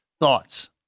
thoughts